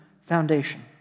foundation